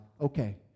Okay